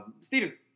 Stephen